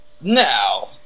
Now